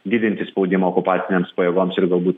didinti spaudimą okupacinėms pajėgoms ir galbūt